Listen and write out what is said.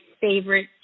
favorite